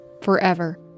forever